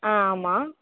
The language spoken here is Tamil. ஆ ஆமாம்